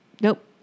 Nope